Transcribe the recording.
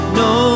no